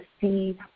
see